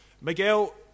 Miguel